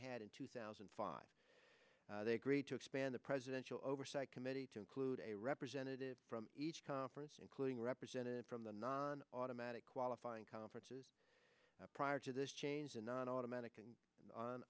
had in two thousand and five they agreed to expand the presidential oversight committee to include a representative from each conference including representatives from the non automatic qualifying conferences prior to this change in an automatic and on